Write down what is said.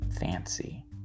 fancy